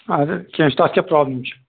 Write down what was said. اَدٕ کیٚنٛہہ چھُنہٕ تَتھ کیٛاہ پرٛابلِم چھِ